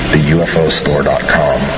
TheUFOStore.com